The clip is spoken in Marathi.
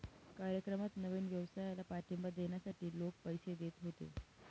कार्यक्रमात नवीन व्यवसायाला पाठिंबा देण्यासाठी लोक पैसे देत होते